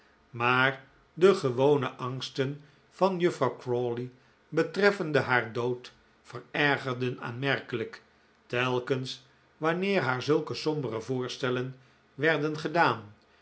maar de gewone angsten van juffrouw crawley betreffende haar dood verergerden aanmerkelijk telkens wanneer haar zulke sombere voorstellen werden gedaan